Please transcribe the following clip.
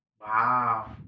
Wow